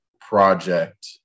project